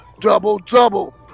double-double